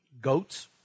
goats